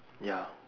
ya